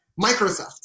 Microsoft